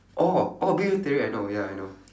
orh orh big bang theory ya I know ya I know